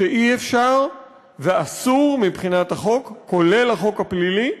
שאי-אפשר ואסור מבחינת החוק, כולל החוק הפלילי,